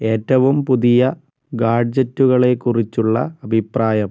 ഏറ്റവും പുതിയ ഗാഡ്ജെറ്റുകളെക്കുറിച്ചുള്ള അഭിപ്രായം